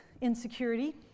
insecurity